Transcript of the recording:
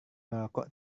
merokok